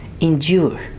endure